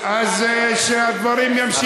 אז שהדברים יימשכו.